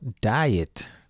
diet